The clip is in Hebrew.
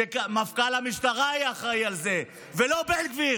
שמפכ"ל המשטרה יהיה אחראי על זה ולא בן גביר,